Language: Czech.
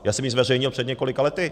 Já jsem ji zveřejnil před několika lety.